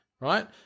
Right